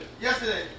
Yesterday